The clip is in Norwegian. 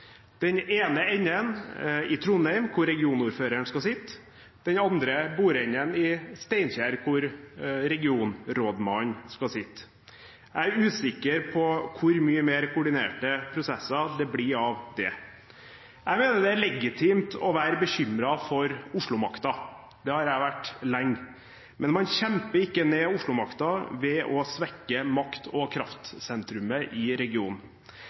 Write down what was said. den ene enden i Trondheim, hvor regionordføreren skal sitte, og den andre bordenden i Steinkjer, der regionrådmannen skal sitte. Jeg er usikker på hvor mye mer koordinerte prosesser det blir av det. Jeg mener det er legitimt å være bekymret for Oslo-makta, det har jeg vært lenge, men man kjemper ikke ned Oslo-makta ved å svekke makt- og kraftsentrumet i regionen.